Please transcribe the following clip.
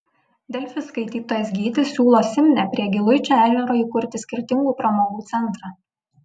delfi skaitytojas gytis siūlo simne prie giluičio ežero įkurti skirtingų pramogų centrą